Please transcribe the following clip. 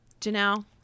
Janelle